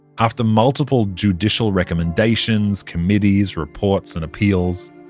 after multiple judicial recommendations, committees, reports and appeals,